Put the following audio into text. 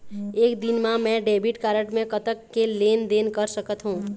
एक दिन मा मैं डेबिट कारड मे कतक के लेन देन कर सकत हो?